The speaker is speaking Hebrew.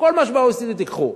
כל מה שב-OECD תיקחו.